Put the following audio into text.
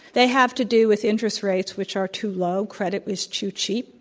they have to do with interest rates which are too low. credit was too cheap.